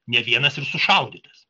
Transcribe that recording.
ne vienas ir sušaudytas